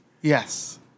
Yes